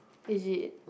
is it